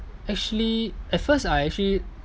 actually at first I actually